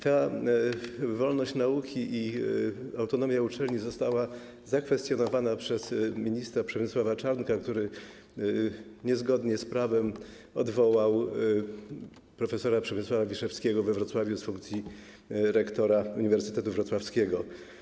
Ta wolność nauki i autonomia uczelni zostały zakwestionowane przez ministra Przemysława Czarnka, który niezgodnie z prawem odwołał prof. Przemysława Wiszewskiego z funkcji rektora Uniwersytetu Wrocławskiego.